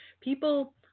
people